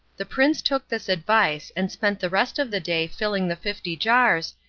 the prince took this advice, and spent the rest of the day filling the fifty jars,